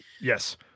Yes